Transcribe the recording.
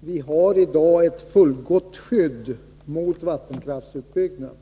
vi i dag har ett fullgott skydd mot vattenkraftsutbyggnaden.